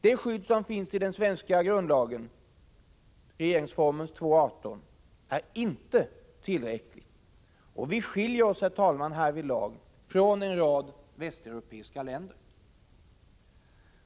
Det skydd som finns i den svenska grundlagen — regeringsformen 2:18 — är inte tillräckligt. Vi skiljer oss, herr talman, härvidlag från en rad västeuropeiska länder.